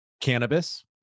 cannabis